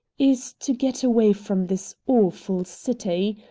is to get away from this awful city.